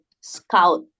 scout